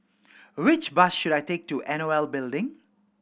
which bus should I take to N O L Building